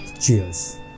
cheers